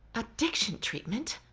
addiction treatment?